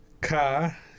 car